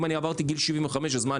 אם אני עברתי גיל 75 אז מה?